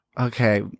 Okay